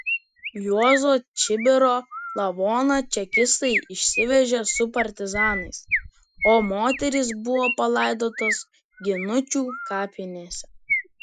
juozo čibiro lavoną čekistai išsivežė su partizanais o moterys buvo palaidotos ginučių kapinėse